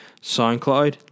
SoundCloud